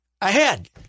ahead